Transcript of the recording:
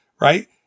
right